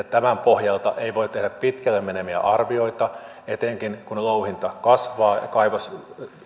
tämän pohjalta ei voi tehdä pitkälle meneviä arvioita etenkään kun louhinta kasvaa ja kaivos